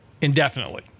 indefinitely